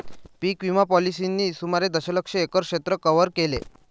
पीक विमा पॉलिसींनी सुमारे दशलक्ष एकर क्षेत्र कव्हर केले